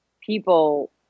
people